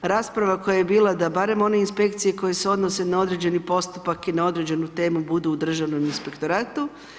Rasprava koja je bila da barem one inspekcije koje se odnose na određeni postupak i na određenu temu budu u državnom inspektoratu.